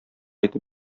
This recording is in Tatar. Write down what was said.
итеп